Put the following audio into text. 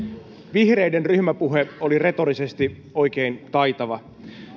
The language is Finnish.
vihreiden ryhmäpuhe oli retorisesti oikein taitava